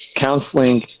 Counseling